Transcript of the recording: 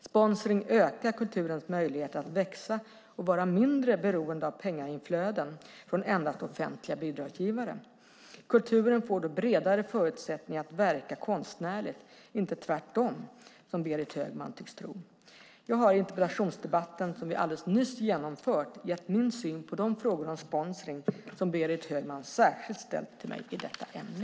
Sponsring ökar kulturens möjligheter att växa och vara mindre beroende av pengainflöden från endast offentliga bidragsgivare. Kulturen får då bredare förutsättningar att verka konstnärligt - det är inte tvärtom, som Berit Högman tycks tro. Jag har i interpellationsdebatten, som vi alldeles nyss genomfört, gett min syn på de frågor om sponsring som Berit Högman särskilt ställt till mig i detta ämne.